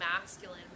masculine